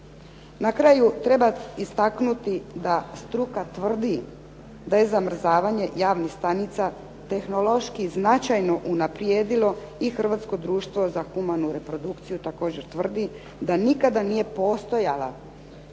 Na kraju treba istaknuti, da struka tvrdi da je zamrzavanje jajnih stanica tehnološki značajno unaprijedilo i Hrvatsko društvo za humanu reprodukciju također tvrdi, da nikada nije postajala,